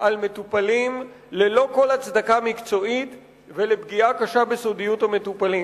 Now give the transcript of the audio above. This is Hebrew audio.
על מטופלים ללא כל הצדקה מקצועית ולפגיעה קשה בסודיות המטופלים.